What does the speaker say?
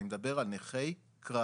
אני מדבר על נכי קרב.